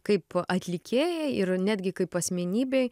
kaip atlikėjai ir netgi kaip asmenybei